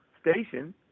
station